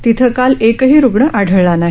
तिथं काल एकही रुग्ण आढळला नाही